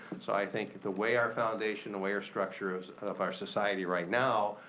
so i think the way our foundation, the way our structure is of our society right now,